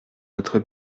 notre